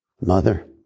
mother